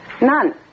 None